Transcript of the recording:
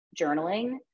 journaling